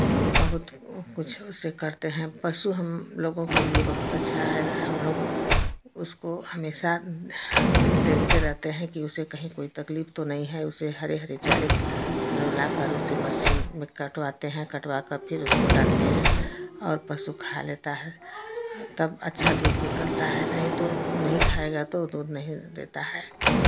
बहुत वो कुछ उसे करते हैं पशु हम लोगों के लिए बहुत अच्छा है हम लोग उसको हमेशा हम देखते रैते हैं कि उसे कहीं कोई तकलीफ तो नहीं है उसे हरे हरे चारे हम लोग लाकर उसे मशीन में कटवाते हैं कटवाकर फिर उसको डालते हैं और पशु खा लेता है तब अच्छा दूध निकलता है नहीं तो नहीं खाएगा तो वो दूध नहीं देता है